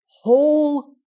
Whole